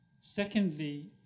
Secondly